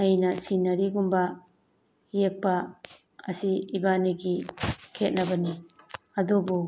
ꯑꯩꯅ ꯁꯤꯅꯔꯤꯒꯨꯝꯕ ꯌꯦꯛꯄ ꯑꯁꯤ ꯏꯕꯥꯅꯤꯒꯤ ꯈꯦꯠꯅꯕꯅꯤ ꯑꯗꯨꯕꯨ